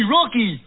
Rocky